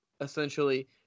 essentially